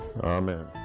Amen